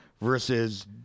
versus